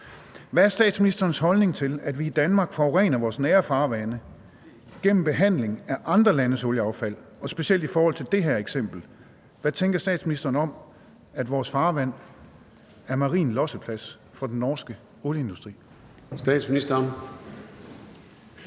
Hvad er statsministerens holdning til, at vi i Danmark forurener vores nære farvande gennem behandlingen af andre landes olieaffald? Og specielt i forhold til det her eksempel: Hvad tænker statsministeren om, at vores farvand er marin losseplads for den norske olieindustri?